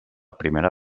primera